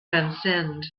transcend